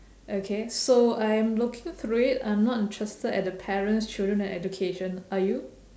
okay so I am looking through it I'm not interested at the parents children and education are you